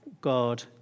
God